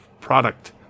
product